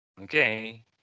Okay